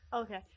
Okay